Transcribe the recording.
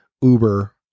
Uber